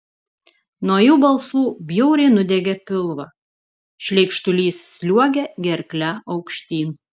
nuo jų balsų bjauriai nudiegia pilvą šleikštulys sliuogia gerkle aukštyn